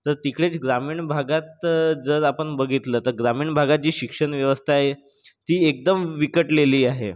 तर तिकडेच ग्रामीण भागात जर आपण बघितलं तर ग्रामीण भागात जी शिक्षण व्यवस्था आहे ती एकदम विकटलेली आहे